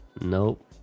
Nope